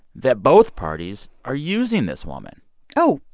that both parties are using this woman oh,